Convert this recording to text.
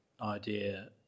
idea